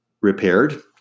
repaired